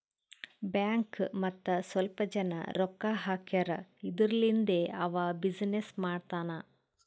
bank ಮತ್ತ ಸ್ವಲ್ಪ ಜನ ರೊಕ್ಕಾ ಹಾಕ್ಯಾರ್ ಇದುರ್ಲಿಂದೇ ಅವಾ ಬಿಸಿನ್ನೆಸ್ ಮಾಡ್ತಾನ್